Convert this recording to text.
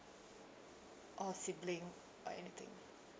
or sibling or anything